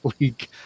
League